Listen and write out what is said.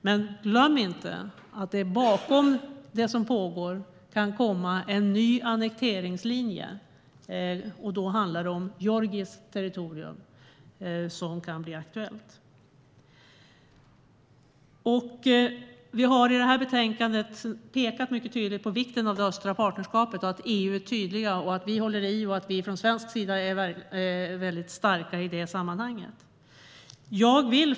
Men glöm inte att det bakom det som pågår kan komma en ny annekteringslinje, och då handlar det om georgiskt territorium som kan bli aktuellt. Vi har i detta betänkande mycket tydligt pekat på vikten av det östliga partnerskapet, på att EU är tydligt och på att vi från svensk sida är mycket starka i detta sammanhang. Fru talman!